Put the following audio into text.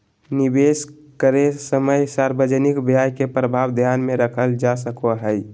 निवेश करे समय सार्वजनिक व्यय के प्रभाव ध्यान में रखल जा सको हइ